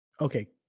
Okay